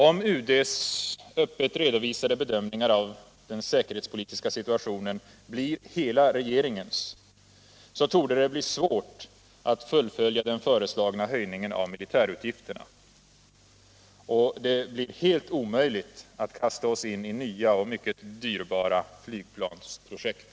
Om UD:s öppet redovisade bedömningar av den säkerhetspolitiska situationen blir hela regeringens, torde det bli svårt att fullfölja den föreslagna höjningen av militärutgifterna, och det blir helt omöjligt att kasta oss in i nya och mycket dyrbara flygplansprojekt.